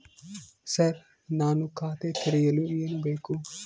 Sir ನಾನು ಖಾತೆ ತೆರೆಯಲು ಏನು ಬೇಕು?